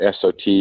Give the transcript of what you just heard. SOT